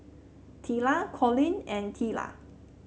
Teela Collin and Teela